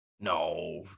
No